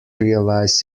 realize